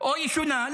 או ישונה.